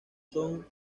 son